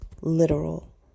literal